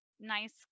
nice